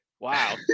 Wow